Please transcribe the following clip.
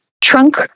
trunk